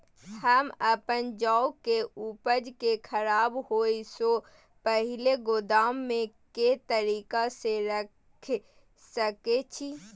हम अपन जौ के उपज के खराब होय सो पहिले गोदाम में के तरीका से रैख सके छी?